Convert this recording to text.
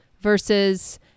versus